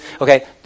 Okay